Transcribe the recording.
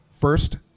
first